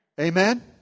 Amen